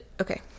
Okay